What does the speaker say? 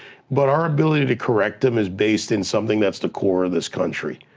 but our ability to correct them is based in something that's the core of this country,